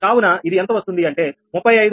కాబట్టి ఇది ఎంత వస్తుంది అంటే 35